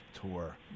tour